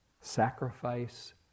sacrifice